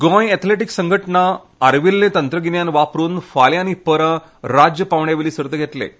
Goa athletic संघटना आर्विल्लें तंत्रगिन्यान वापरून फाल्यां आनी परां राज्य पांवड्या वयली सर्त घेतलें